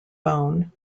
bone